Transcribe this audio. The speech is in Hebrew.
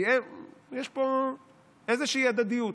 כי יש פה איזושהי הדדיות,